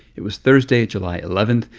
it was thursday, july eleven.